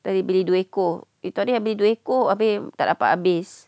dari beli dua ekor itu hari I beli dua ekor abeh tak dapat habis